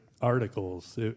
articles